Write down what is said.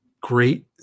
great